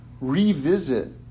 revisit